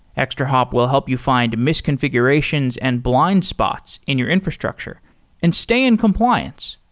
extrahop will help you find misconfigurations and blind spots in your infrastructure and stay in compliance.